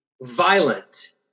violent